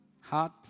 heart